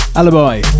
Alibi